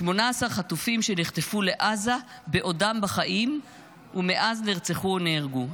18 חטופים שנחטפו לעזה בעודם בחיים ומאז נרצחו או נהרגו.